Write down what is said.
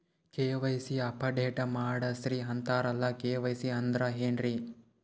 KYC update ಮಾಡಸ್ರೀ ಅಂತರಲ್ಲ KYC ಅಂದ್ರ ಏನ್ರೀ?